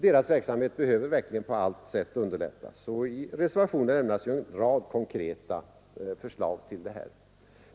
Deras verksamhet behöver verkligen på allt sätt underlättas, och i våra reservationer i detta avseende lämnas ju en rad konkreta förslag.